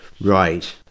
Right